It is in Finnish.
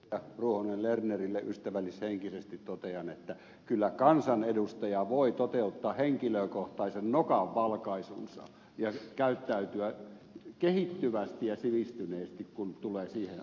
ruohonen lernerille ystävällishenkisesti totean että kyllä kansanedustaja voi toteuttaa henkilökohtaisen nokanvalkaisunsa ja käyttäytyä kehittyvästi ja sivistyneesti kun tulee siihen tuntemukseen